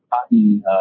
cotton